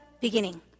beginning